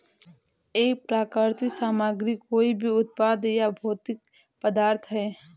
एक प्राकृतिक सामग्री कोई भी उत्पाद या भौतिक पदार्थ है